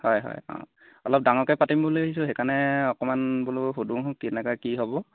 হয় হয় অঁ অলপ ডাঙৰকৈ পাতিম বুলি ভাবিছোঁ সেইকাৰণে অকণমান বোলো সুধোচোন কেনেকুৱা কি হ'ব